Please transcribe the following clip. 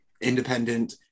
independent